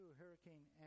hurricane